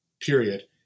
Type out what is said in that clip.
period